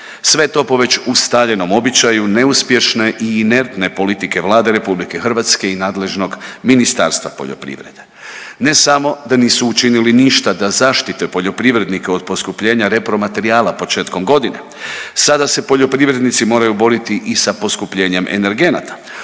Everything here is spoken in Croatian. Sve to po već ustaljenom običaju neuspješne i inertne politike Vlade Republike Hrvatske i nadležnog Ministarstva poljoprivrede ne samo da nisu učinili ništa da zaštite poljoprivrednike od poskupljenja repromaterijala početkom godine. Sada se poljoprivrednici moraju boriti i sa poskupljenjem energenata,